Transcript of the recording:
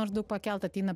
maždaug pakelt ateina